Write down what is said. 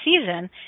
season